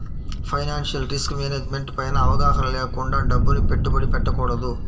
financial risk management పైన అవగాహన లేకుండా డబ్బుని పెట్టుబడి పెట్టకూడదు